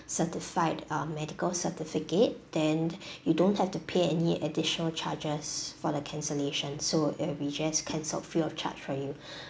certified um medical certificate then you don't have to pay any additional charges for the cancellation so it'll be just cancelled free of charge for you